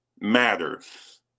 matters